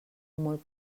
molt